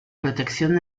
protección